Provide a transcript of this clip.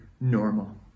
normal